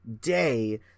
day